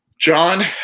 John